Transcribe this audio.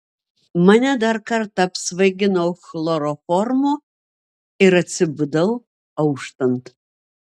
mane dar kartą apsvaigino chloroformu ir atsibudau auštant